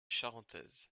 charentaises